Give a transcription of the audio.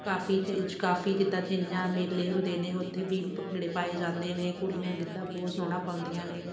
ਕਾਫ਼ੀ ਚੀਜ਼ ਕਾਫ਼ੀ ਜਿੱਦਾਂ ਛਿੰਝਾਂ ਮੇਲੇ ਹੁੰਦੇ ਨੇ ਉੱਥੇ ਵੀ ਭੰਗੜੇ ਪਾਏ ਜਾਂਦੇ ਨੇ ਕੁੜੀਆਂ ਗਿੱਧਾ ਬਹੁਤ ਸੋਹਣਾ ਪਾਉਂਦੀਆਂ ਨੇ